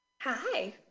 hi